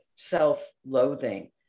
self-loathing